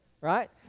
Right